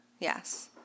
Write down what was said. Yes